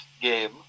game